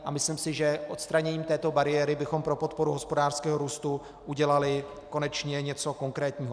A myslím si, že odstraněním této bariéry bychom pro podporu hospodářského růstu udělali konečně něco konkrétního.